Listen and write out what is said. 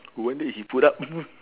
one leg he put up